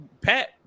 Pat